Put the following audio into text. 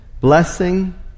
blessing